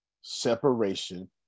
separation